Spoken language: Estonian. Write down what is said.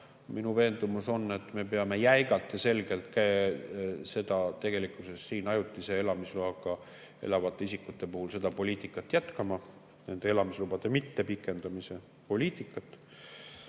Minu veendumus on, et me peame jäigalt ja selgelt siin ajutise elamisloaga elavate isikute puhul seda poliitikat jätkama, nende elamislubade mittepikendamise poliitikat.